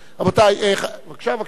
רבותי, בבקשה, בבקשה,